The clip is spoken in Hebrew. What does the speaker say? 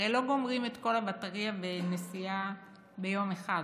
הרי לא גומרים את כל הבטרייה בנסיעה ביום אחד,